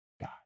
God